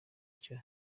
icyo